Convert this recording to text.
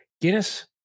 Guinness